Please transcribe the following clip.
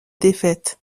défaites